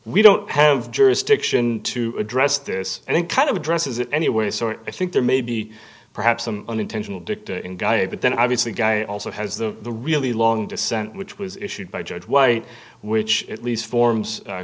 we don't have jurisdiction to address this and it kind of addresses it anyway so it i think there may be perhaps some unintentional dicta in guy but then obviously gay also has the the really long dissent which was issued by judge white which at least forms